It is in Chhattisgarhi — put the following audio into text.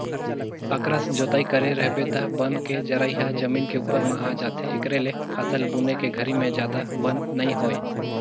अकरस जोतई करे रहिबे त बन के जरई ह जमीन के उप्पर म आ जाथे, एखरे ले फसल बुने के घरी में जादा बन नइ होय